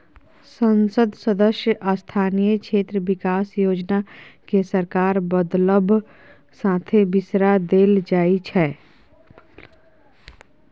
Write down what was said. संसद सदस्य स्थानीय क्षेत्र बिकास योजना केँ सरकार बदलब साथे बिसरा देल जाइ छै